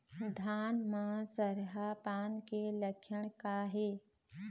धान म सरहा पान के लक्षण का हे?